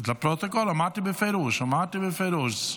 לפרוטוקול, אמרתי בפירוש.